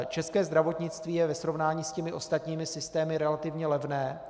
České zdravotnictví je ve srovnání s ostatními systémy relativně levné.